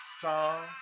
song